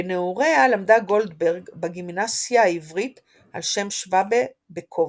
בנעוריה למדה גולדברג בגימנסיה העברית ע"ש שוובה בקובנה.